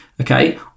okay